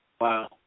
Wow